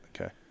Okay